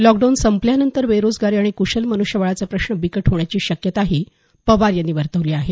lockdown संपल्यानंतर बेरोजगारी आणि क्शल मन्ष्यबळाचा प्रश्न बिकट होण्याची शक्यताही पवार यांनी वर्तवली आहे